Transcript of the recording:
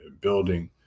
building